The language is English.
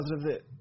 positive